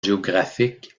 géographique